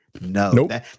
No